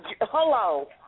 Hello